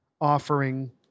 offering